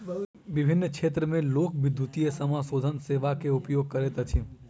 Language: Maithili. विभिन्न क्षेत्र में लोक, विद्युतीय समाशोधन सेवा के उपयोग करैत अछि